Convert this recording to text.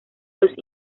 los